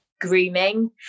grooming